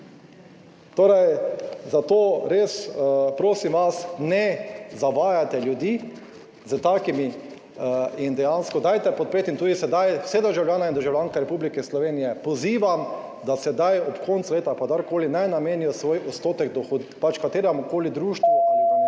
Torej, zato res prosim vas, ne zavajate ljudi s takimi in dejansko dajte podpreti in tudi sedaj vse državljane in državljanke Republike Slovenije pozivam, da sedaj ob koncu leta ali pa kadarkoli, naj namenijo svoj odstotek dohodka kateremukoli / znak za konec